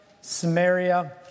Samaria